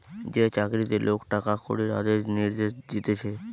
যে চাকরিতে লোক টাকা কড়ির আদেশ নির্দেশ দিতেছে